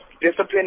Discipline